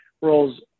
roles